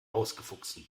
ausgefuchsten